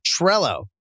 Trello